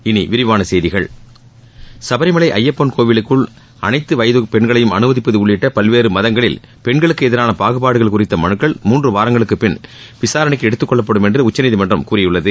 இனி விரிவான செய்திகள் சபரிமலை ஐயப்பன் கோவிலுக்குள் அனைத்து வயதுடைய பெண்களையும் அனுமதிப்பது உள்ளிட்ட பல்வேறு மதங்களில் பெண்களுக்கு எதிரான பாகுபாடுகள் குறித்த மனுக்கள் மூன்று வாரங்களுக்குப் பின் விசாரணைக்கு எடுத்துக் கொள்ளப்படும் என்று உச்சநீதிமன்றம் கூறியுள்ளது